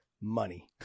money